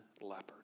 leopard